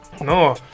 No